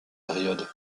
période